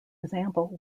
example